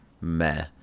meh